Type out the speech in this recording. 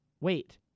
wait